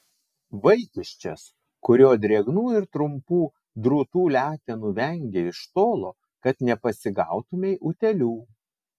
vaikiščias kurio drėgnų ir trumpų drūtų letenų vengei iš tolo kad nepasigautumei utėlių